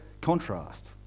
contrast